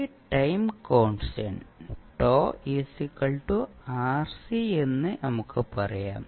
ഈ time constant τ RC എന്ന് നമുക്ക് പറയാം